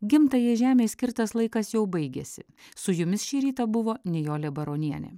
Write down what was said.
gimtajai žemei skirtas laikas jau baigėsi su jumis šį rytą buvo nijolė baronienė